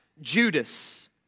Judas